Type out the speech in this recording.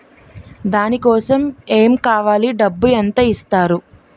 దాని కోసం ఎమ్ కావాలి డబ్బు ఎంత ఇస్తారు?